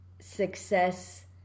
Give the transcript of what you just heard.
success